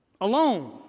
Alone